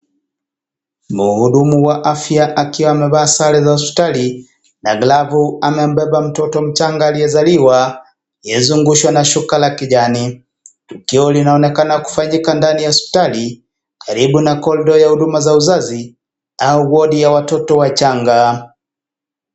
Ni muhudumu wa afya akiwa amevaa sare za hospitali na glovu amembeba mtoto mchanga aliyezaliwa aliyezungushwa na shuka ya kijani. Tukio linaonekana kufanyika ndani ya hospitali. Karibu na kodra ya huduma ya uzazi au wadi ya watoto wachanga.